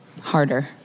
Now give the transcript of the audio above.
Harder